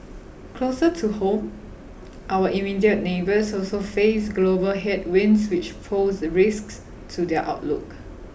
closer to home our immediate neighbours also face global headwinds which pose risks to their outlook